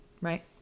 right